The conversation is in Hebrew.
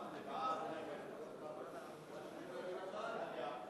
קריאה שנייה.